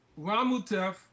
Ramutef